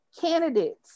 candidates